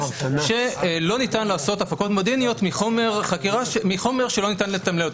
שלא ניתן לעשות הפקות מודיעיניות מחומר שלא ניתן לתמלל,